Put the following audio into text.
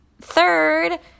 third